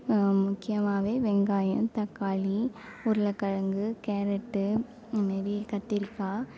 முக்கியமாகவே வெங்காயம் தக்காளி உருளைக்கெழங்கு கேரட்டு இந்த மாதிரி கத்திரிக்காய்